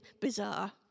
bizarre